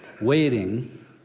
waiting